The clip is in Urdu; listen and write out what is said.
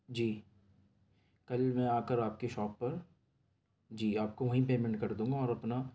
جی کل میں آ کر آپ کی شاپ پر جی آپ کو وہیں پیمینٹ کر دوں گا اور اپنا